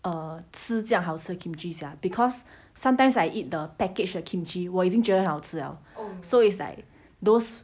um 吃这样好吃的 kimchi sia because sometimes I eat the package 的 kimchi 我已经觉得好吃 liao so it's like those